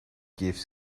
gifts